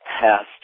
past